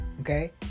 Okay